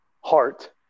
heart